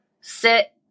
sit